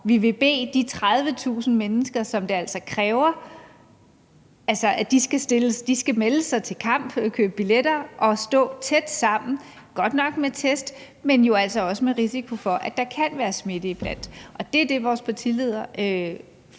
vi vil bede de 30.000 mennesker, som det altså kræver, om at melde sig til en kamp, købe billetter og stå tæt sammen – godt nok med test, men jo altså også med en risiko for, at der kan være smitte iblandt dem – og det er det, som vores partiledere